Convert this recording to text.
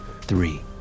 three